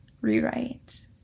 Rewrite